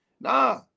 Nah